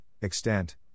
extent